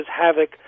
havoc